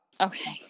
Okay